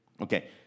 okay